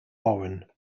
warren